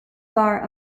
bar